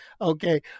Okay